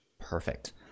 Perfect